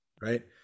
right